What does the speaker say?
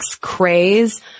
craze